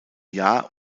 jahr